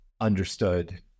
understood